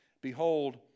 Behold